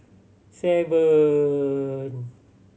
seven